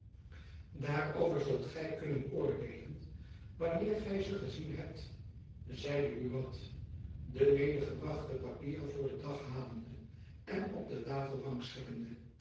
daarover zult gy kunnen oordeelen wanneer gy ze gezien hebt zeide buat de medegebrachte papieren voor den dag halende en op de tafel rangschikkende